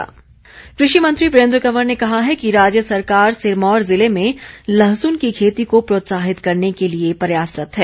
वीरेंद्र कंवर कृषि मंत्री वीरेंद्र कंवर ने कहा है कि राज्य सरकार सिरमौर ज़िले में लहसुन की खेती को प्रोत्साहित करने के लिए प्रयासरत है